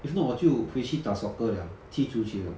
if not 我就回去打 soccer 了踢足球